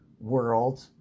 world